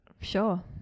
Sure